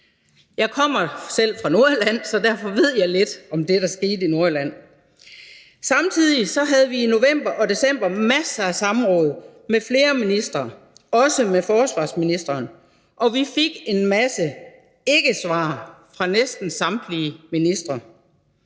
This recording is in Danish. Jeg kommer selv fra Nordjylland, så derfor ved jeg lidt om det, der skete i Nordjylland. Samtidig havde vi i november og december masser af samråd med flere ministre, også med forsvarsministeren, og vi fik en masse ikkesvar fra næsten samtlige ministre.